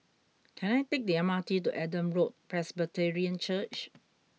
can I take the M R T to Adam Road Presbyterian Church